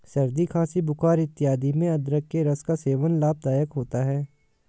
सर्दी खांसी बुखार इत्यादि में अदरक के रस का सेवन लाभदायक होता है